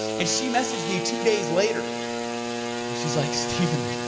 and she messaged me two days later. and she's like stephen,